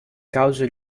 cause